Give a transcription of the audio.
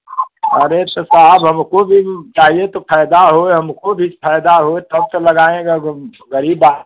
अरे तो साहब हमको भी चाहिए तो फायदा होए हमको भी फायदा होए तब तो लगाएगा वह गरीब आ